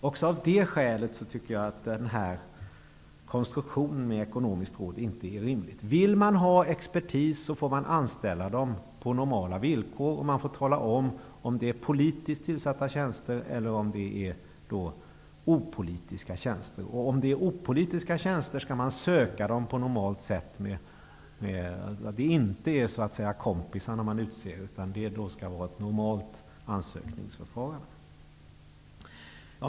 Också av detta skäl anser jag att konstruktionen med ett ekonomiskt råd inte är rimlig. Vill man ha expertis får man anställa på normala villkor och säga om det är politiskt tillsatta tjänster eller om det är opolitiska tjänster. Om det är opolitiska tjänster skall de sökas på normalt sätt. Det är inte kompisar som utses. Det skall ske ett normalt ansökningsförfarande.